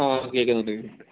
ആ കേൾക്കുന്നുണ്ട് കേൾക്കുന്നുണ്ട്